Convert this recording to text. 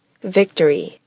Victory